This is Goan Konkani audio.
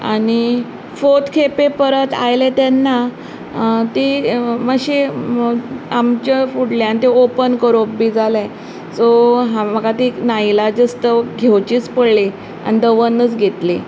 आनी फोर्थ खेपे परत आयलें तेन्ना ती मात्शी आमच्या फुडल्यान तें ओपन करप बी जालें सो म्हाका ती नाइलाजस्तव घेवचीच पडली आनी दवरनच घेतली